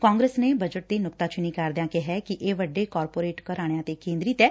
ਕਾਂਗਰਸ ਨੇ ਬਜਟ ਦੀ ਨੁਕਤਾਚੀਨੀ ਕਰਦਿਆਂ ਕਿਹੈ ਕਿ ਇਹ ਵੱਡੇ ਕਾਰਪੋਰੇਟ ਘਰਾਣਿਆਂ ਤੇ ਕੇਂਦਰਿਤ ਐ